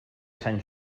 sant